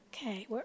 Okay